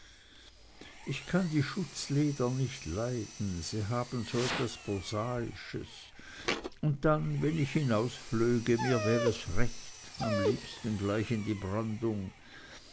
ich kann die schutzleder nicht leiden sie haben so was prosaisches und dann wenn ich hinausflöge mir wär es recht am liebsten gleich in die brandung